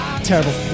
terrible